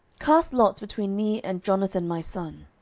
cast lots between me and jonathan my son.